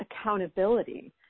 accountability